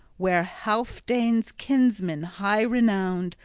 where healfdene's kinsman high-renowned,